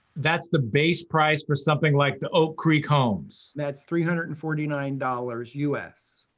that's the base price for something like the oak creek homes. that's three hundred and forty nine dollars, us.